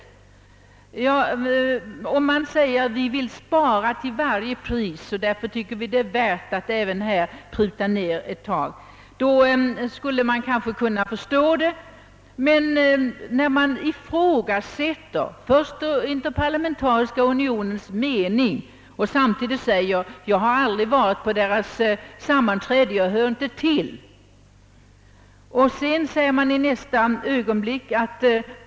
Om man sade att man ville spara till varje pris och att det är anledningen till att man vill pruta även i detta fall, skulle det vara en ståndpunkt som jag kunde ha en viss förståelse för. Däremot kan jag inte förstå fru Kristensson när hon ifrågasätter interparlamentariska unionens mening och betydelse, samtidigt som hon säger sig aldrig ha varit på in terparlamentariska gruppens sammanträden; hon hör helt enkelt inte dit.